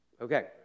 Okay